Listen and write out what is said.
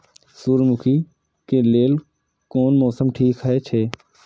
सूर्यमुखी के लेल कोन मौसम ठीक हे छे?